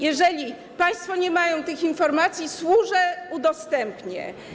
Jeżeli państwo nie mają tych informacji to służę, udostępnię.